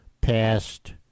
past